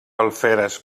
alferes